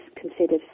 considered